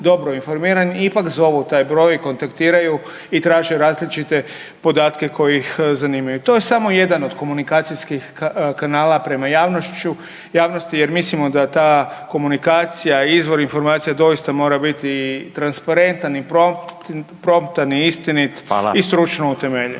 ipak zovu taj broj, kontaktiraju i traže različite podatke koji ih zanimaju. To je samo jedan od komunikacijskih kanala prema javnošću, javnosti jer mislimo da ta komunikacija i izvor informacija doista mora biti transparentan i promptan i istinit …/Upadica: Hvala./…